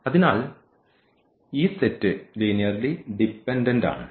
അതിനാൽ ഈ set linearly dependent ആണ്